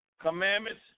commandments